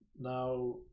Now